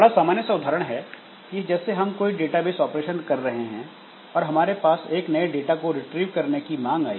बड़ा सामान्य सा उदाहरण है कि जैसे हम कोई डेटाबेस ऑपरेशन कर रहे हैं और हमारे पास एक नये डाटा को रिट्रीव करने की मांग आई